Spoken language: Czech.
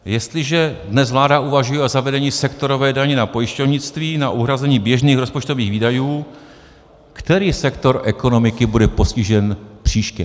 Jestliže dnes vláda uvažuje o zavedení sektorové daně na pojišťovnictví na uhrazení běžných rozpočtových výdajů, který sektor ekonomiky bude postižen příště?